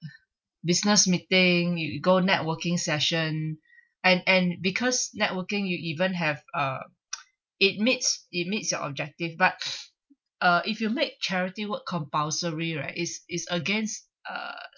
business meeting you you go networking session and and because networking you even have uh it meets it meets your objective but uh if you make charity work compulsory right is is against uh